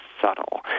subtle